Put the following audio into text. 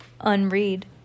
unread